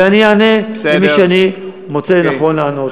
ואני אענה למי שאני מוצא לנכון לענות.